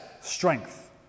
strength